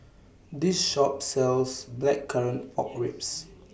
This Shop sells Blackcurrant Pork Ribs